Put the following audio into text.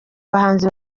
bahanzi